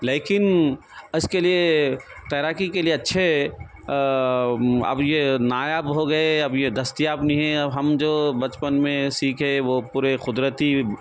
لیکن اس کے لیے تیراکی کے لیے اچّھے اب یہ نایاب ہوگئے اب یہ دستیاب نہیں ہے ہم جو بچپن میں سیکھے وہ پورے قدرتی